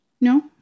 No